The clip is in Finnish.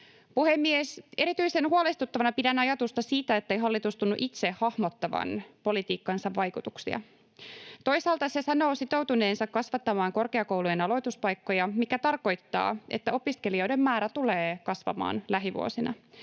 Puhemies! Erityisen huolestuttavana pidän ajatusta siitä, ettei hallitus tunnu itse hahmottavan politiikkansa vaikutuksia. Toisaalta se sanoo sitoutuneensa kasvattamaan korkeakoulujen aloituspaikkoja, mikä tarkoittaa, että opiskelijoiden määrä tulee kasvamaan lähivuosina,